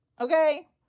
Okay